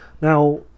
Now